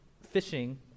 fishing